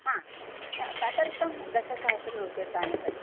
हा तदर्थं दशसहस्ररूप्यकाणि तद्